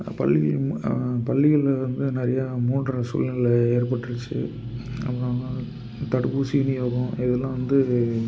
பள்ளி பள்ளிகளில் வந்து நிறையா மூடுற சூழ்நிலை ஏற்பட்டுருச்சு அப்புறம் தடுப்பூசி விநியோகம் இதெல்லாம் வந்து